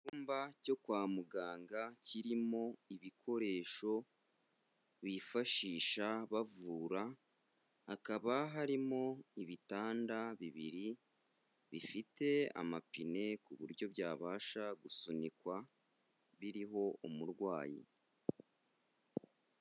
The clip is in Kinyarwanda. Icyumba cyo kwa muganga kirimo ibikoresho bifashisha bavura, hakaba harimo ibitanda bibiri bifite amapine ku buryo byabasha gusunikwa biriho umurwayi.